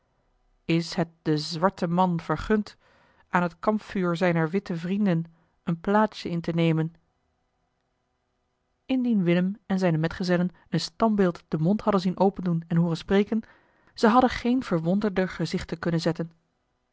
is het den zwarten man vergund aan het kampvuur zijner witte vrienden een plaatsje in te nemen indien willem en zijne metgezellen een standbeeld den mond hadden zien opendoen en hooren spreken ze hadden geen verwonderder gezichten kunnen zetten